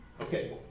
Okay